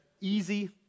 easy